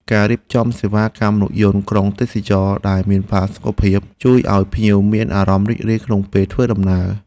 ការរៀបចំសេវាកម្មរថយន្តក្រុងទេសចរណ៍ដែលមានផាសុកភាព ជួយឱ្យភ្ញៀវមានអារម្មណ៍រីករាយក្នុងពេលធ្វើដំណើរ។